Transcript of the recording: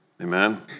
amen